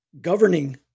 Governing